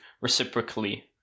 reciprocally